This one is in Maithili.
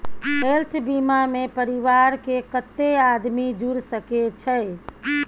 हेल्थ बीमा मे परिवार के कत्ते आदमी जुर सके छै?